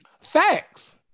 Facts